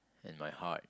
in my heart